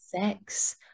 sex